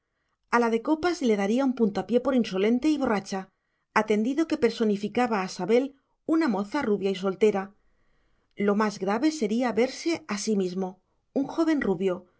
a la de copas le daría un puntapié por insolente y borracha atendido que personificaba a sabel una moza rubia y soltera lo más grave sería verse a sí mismo un joven